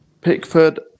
Pickford